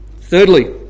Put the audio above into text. Thirdly